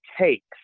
takes